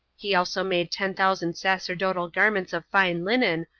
he also made ten thousand sacerdotal garments of fine linen,